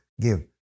give